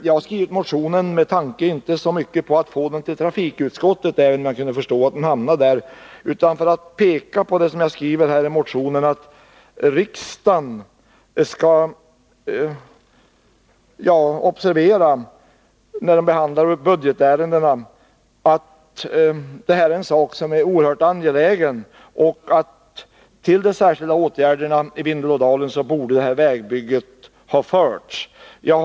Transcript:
Jag har skrivit motionen inte så mycket med tanke på att få den behandlad av trafikutskottet — även om jag kunde förstå att den skulle hamna där — utan mera för att peka på att riksdagen vid behandlingen av budgetärendena bör observera att detta är en sak som är oerhört angelägen och att det här vägbygget borde ha hänförts till de särskilda åtgärderna i Vindelådalen.